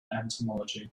entomology